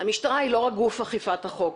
המשטרה היא לא רק גוף אכיפת החוק,